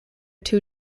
two